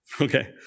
Okay